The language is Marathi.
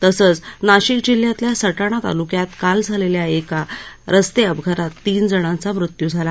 तसंच नाशिक जिल्ह्यातल्या सटाणा तालुक्यात काल झालेल्या एका रस्ते अपघातात तीन जणांचा मृत्यू झाला